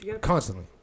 Constantly